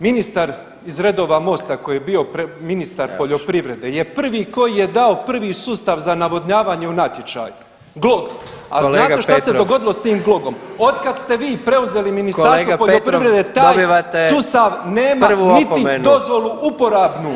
Ministar iz redova Mosta koji je bio ministar poljoprivrede je prvi koji je dao prvi sustav za navodnjavanje u natječaj GLOG, [[Upadica: Kolega Petrov]] a znate šta se dogodilo s tim GLOG-om, otkad ste vi preuzeli Ministarstvo poljoprivrede [[Upadica: Kolega Petrov dobivate prvu opomenu]] taj sustav nema niti dozvolu uporabnu.